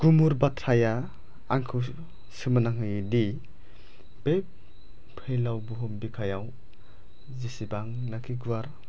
गुमुर बाथ्राया आंखौ सोमो नांहोयोदि बे फैलाव बुहुम बिखायाव जेसेबांनाखि गुवार